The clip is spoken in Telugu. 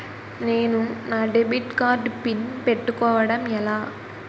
నేను నా డెబిట్ కార్డ్ పిన్ పెట్టుకోవడం ఎలా?